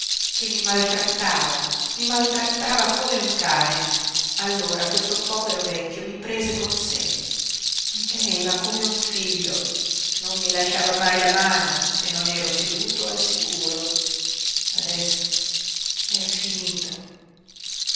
che mi maltrattava i maltrattava come un cane allora questo povero vecchio mi prese con sé mi teneva come un figlio non mi lasciava mai la mano se non ero seduto al sicuro adesso è finito